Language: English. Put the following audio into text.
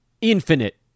infinite